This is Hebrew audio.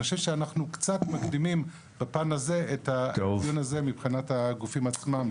אני חושב שאנחנו קצת מקדימים בפן הזה את הדיון הזה מבחינת הגופים עצמם,